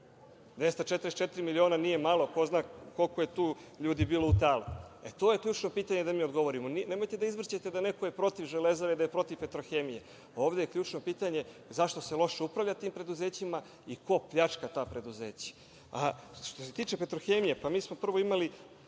244 miliona. Ko zna koliko je tu ljudi bilo u talu. To je ključno pitanje da mi odgovorimo. Nemojte da izvrćete da je neko protiv „Železare“, protiv „Petrohemije“. Ovde je ključno pitanje zašto se loše upravlja tim preduzećima i ko pljačka ta preduzeća? Što se tiče „Petrohemije“, mi smo prvo imali